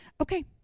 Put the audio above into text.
Okay